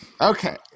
Okay